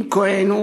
אם הוא כוהן,